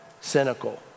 Cynical